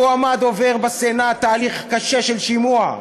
המועמד עובר בסנאט תהליך קשה של שימוע,